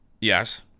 Yes